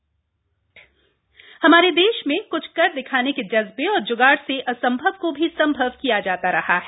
sanitiser जगाड हमारे देश में कुछ कर दिखाने के जज्वे और ज्गाड़ से असंभव को भी संभव किया जाता रहा है